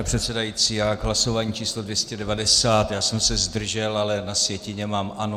Pane předsedající, k hlasování číslo 290, já jsem se zdržel, ale na sjetině mám ano.